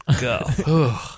Go